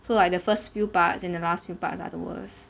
so like the first few parts and the last few parts are the worst